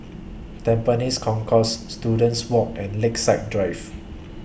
Tampines Concourse Students Walk and Lakeside Drive